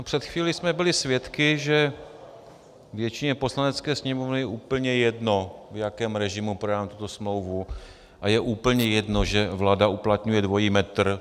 Před chvíli jsme byli svědky, že většině Poslanecké sněmovny je úplně jedno, v jakém režimu projednáme tuto smlouvu, a je úplně jedno, že vláda uplatňuje dvojí metr.